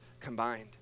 combined